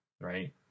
right